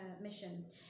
mission